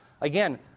again